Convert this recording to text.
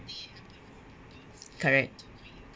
correct